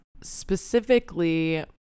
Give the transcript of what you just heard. specifically